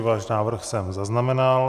Váš návrh jsem zaznamenal.